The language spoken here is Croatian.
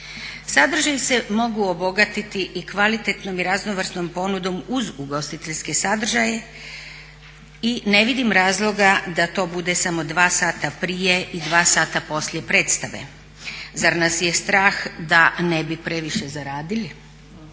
Sadržaji se mogu obogatiti i kvalitetnom i raznovrsnom ponudom uz ugostiteljske sadržaje i ne vidim razloga da to bude samo dva sata prije i dva sata poslije predstave. Zar nas je strah da ne bi previše zaradili?